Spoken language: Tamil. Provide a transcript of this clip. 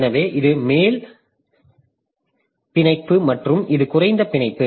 எனவே இது மேல் பிணைப்பு மற்றும் இது குறைந்த பிணைப்பு